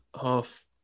half